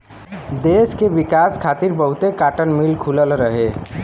देस के विकास खातिर बहुते काटन मिल खुलल रहे